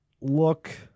look